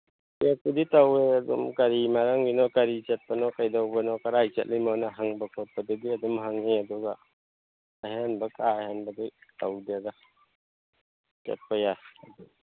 ꯆꯦꯛꯄꯨꯗꯤ ꯇꯧꯋꯦ ꯑꯗꯨꯝ ꯀꯔꯤ ꯃꯔꯝꯒꯤꯅꯣ ꯀꯔꯤ ꯆꯠꯄꯅꯣ ꯀꯩꯗꯧꯕꯅꯣ ꯀꯔꯥꯏ ꯆꯠꯂꯤꯝꯅꯣꯅ ꯍꯪꯕ ꯈꯣꯠꯄꯗꯤ ꯑꯗꯨ ꯑꯗꯨꯝ ꯍꯪꯉꯦ ꯑꯗꯨꯒ ꯑꯍꯦꯟꯕ ꯀꯥ ꯍꯦꯟꯕꯗꯤ ꯇꯧꯗꯦꯗ ꯆꯠꯄ ꯌꯥꯏ